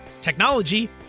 technology